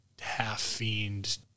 half-fiend